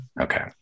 Okay